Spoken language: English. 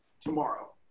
tomorrow